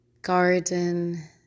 garden